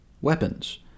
weapons